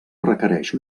requereix